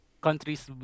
countries